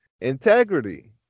integrity